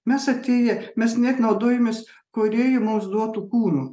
mes atėję mes net naudojamės kūrėjo mums duotu kūnu